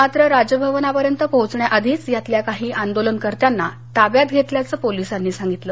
मात्र राजभवनापर्यंत पोहोचण्याआधीच यातल्या काही आंदोलनकर्त्यांना ताब्यात घेतल्याचं पोलिसांनी सांगितलं